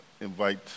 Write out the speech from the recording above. invite